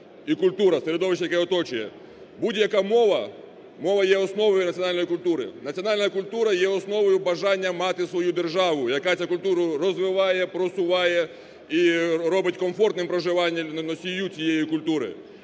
і культура, середовище, яке оточує. Будь-яка мова, мова є основою національної культури. Національна культура є основою бажання мати свою державу, яка цю культуру розвиває, просуває і робить комфортним проживання носію цієї культури.